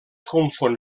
confon